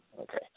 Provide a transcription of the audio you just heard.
Okay